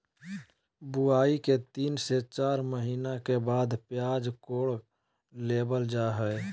बुआई के तीन से चार महीना के बाद प्याज कोड़ लेबल जा हय